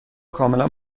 کاملا